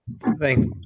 Thanks